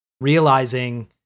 realizing